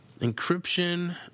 Encryption